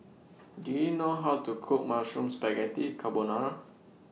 Do YOU know How to Cook Mushroom Spaghetti Carbonara